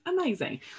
Amazing